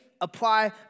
apply